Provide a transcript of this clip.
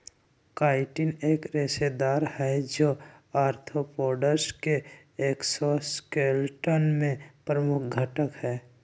chitin एक रेशेदार हई, जो आर्थ्रोपोड्स के एक्सोस्केलेटन में प्रमुख घटक हई